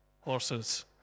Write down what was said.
horses